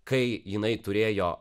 kai jinai turėjo